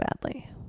badly